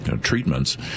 treatments